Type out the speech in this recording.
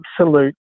absolute